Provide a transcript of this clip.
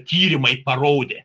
tyrimai parodė